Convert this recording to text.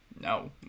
No